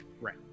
right